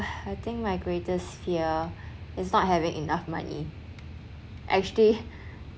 I think my greatest fear is not having enough money actually